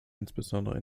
insbesondere